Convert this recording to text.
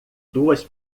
duas